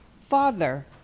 Father